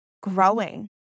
growing